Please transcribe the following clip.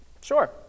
Sure